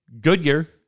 Goodyear